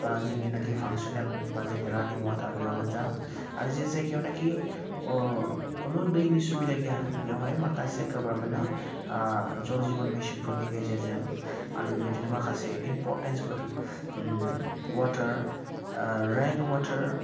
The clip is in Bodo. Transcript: बा जोंनि नाखि फांस'नेल बा जोंनि रानिं वाटार बेयावनो जा आरो जे जायगायावनाखि अह खुनु दैनि सुबिदा गैया बेयावहाय माखासे गभार्नमेन्टआ जल जिबन मिशनफोरनि गेजेरजों आरो बेबायदिनो माखासे इनपरटेन्सफोर वाटार रेइन वाटार